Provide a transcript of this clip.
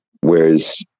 whereas